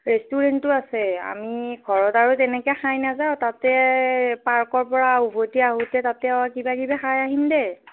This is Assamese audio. ৰেষ্টোৰেণ্টো আছে আমি ঘৰত আৰু তেনেকৈ খাই নাযাওঁ তাতে পাৰ্কৰ পৰা উভতি আহোঁত তাতে কিবা কিবি খাই আহিম দে